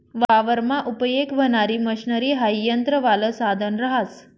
वावरमा उपयेग व्हणारी मशनरी हाई यंत्रवालं साधन रहास